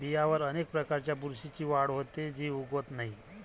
बियांवर अनेक प्रकारच्या बुरशीची वाढ होते, जी उगवत नाही